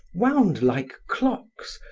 wound like clocks,